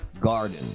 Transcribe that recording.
Garden